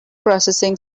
processing